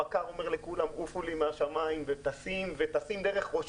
הבקר אומר לכולם עופו לי מהשמיים וטסים דרך ראש